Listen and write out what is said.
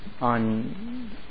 on